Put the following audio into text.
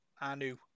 Anu